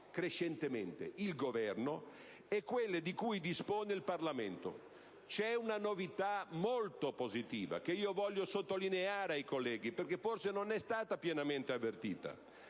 crescente il Governo e quelle di cui dispone il Parlamento. C'è una novità molto positiva che voglio sottolineare ai colleghi, perché forse non è stata pienamente avvertita.